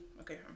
okay